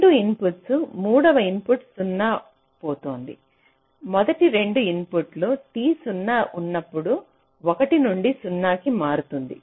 రెండు ఇన్పుట్లు మూడవ ఇన్పుట్ 0 పొందుతుంది మొదటి 2 ఇన్పుట్లు t 0 ఉన్నప్పుడు 1 నుండి 0 కి మారుతుంది